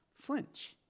flinch